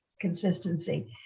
consistency